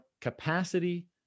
capacity